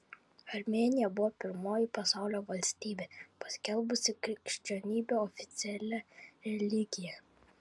armėnija buvo pirmoji pasaulio valstybė paskelbusi krikščionybę oficialia religija